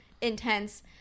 intense